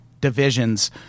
divisions